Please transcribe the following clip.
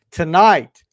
tonight